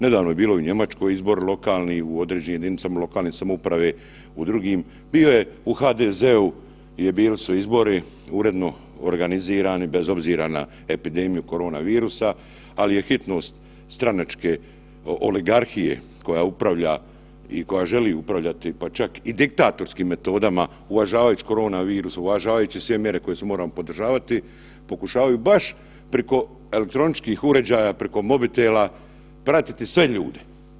Nedavno je bilo u Njemačkoj izbori lokalni u određenim jedinicama lokalne samouprave u drugim, bio je u HDZ-u bili su izbori uredno organizirani, bez obzira na epidemiju korona virusa, ali je hitnost stranačke oligarhije koja upravlja i koja želi upravljati pa čak i diktatorskim metodama uvažavajući korona virus, uvažavajući sve mjere kojih se moramo pridržavati, pokušavaju baš preko elektroničkih uređaja, preko mobitela pratiti sve ljude.